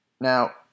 Now